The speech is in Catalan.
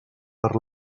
per